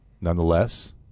Nonetheless